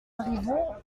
arrivons